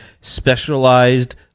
specialized